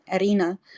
arena